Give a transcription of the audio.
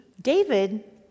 David